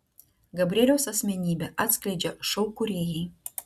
gabrieliaus asmenybę atskleidžia šou kūrėjai